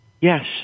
Yes